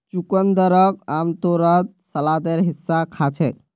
चुकंदरक आमतौरत सलादेर हिस्सा खा छेक